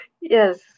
Yes